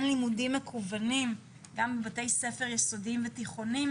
לימודים מקוונים גם בבתי ספר יסודיים ותיכונים,